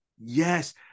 yes